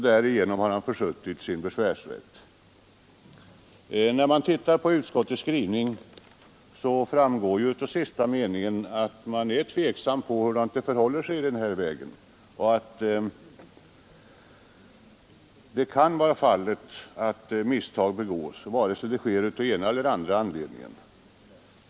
Därigenom har han försuttit Vid studium av utskottets skrivning framgår av sista meningen att man är tveksam om hur det förhåller sig och att misstag kan begås vare sig detta sker av den ena eller den andra anledningen.